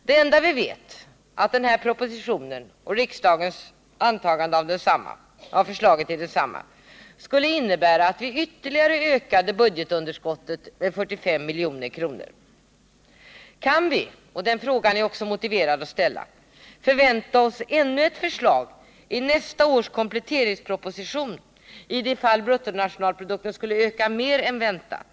Det enda vi vet är att den här propositionen och riksdagens antagande av förslaget i densamma skulle innebära att vi ytterligare ökade budgetunderskottet med 45 milj.kr. Kan vi — det är motiverat att ställa den frågan — förvänta oss ännu ett förslag i nästa års kompletteringsproposition ifall bruttonationalprodukten skulle öka mer än väntat?